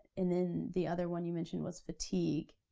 and then the other one you mentioned was fatigue.